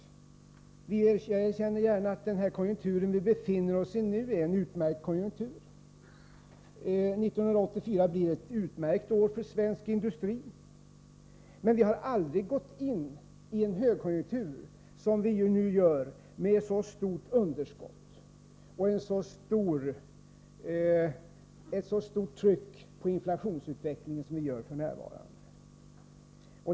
Jag erkänner gärna att den konjunktur vi nu befinner oss i är utmärkt. 1984 blir ett utmärkt år för svensk industri. Men vi har aldrig gått in i en högkonjunktur — vilket vi alltså nu gör — med ett så stort underskott och ett så stort tryck på inflationsutvecklingen som vi gör f.n.